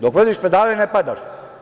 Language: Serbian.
Dok vrtiš pedale, ne padaš.